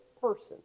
person